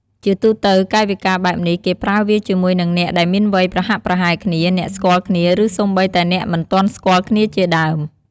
ជាទូទៅ កាយវិការបែបនេះគេប្រើវាជាមួយនឹងអ្នកដែលមានវ័យប្រហាក់ប្រហែលគ្នា អ្នកស្គាល់គ្នា ឬសូម្បីតែអ្នកមិនទាន់ស្គាល់គ្នាជាដើម។